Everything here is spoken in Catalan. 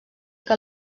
que